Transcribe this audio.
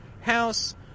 house